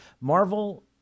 Marvel